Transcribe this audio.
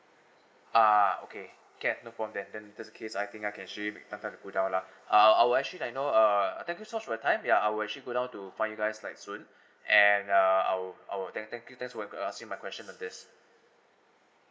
uh okay can no problem then then just in case I think I can't actually I can't go down lah uh I would actually like you know uh thank you so much for your time ya I would actually go down to find you guys like soon and ya I will I will thank thank you thank you uh for answering my questions on this